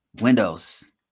windows